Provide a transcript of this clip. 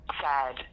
sad